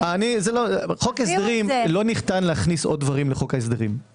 לא ניתן להכניס עוד דברים לחוק ההסדרים.